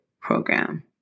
program